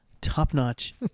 top-notch